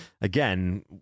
again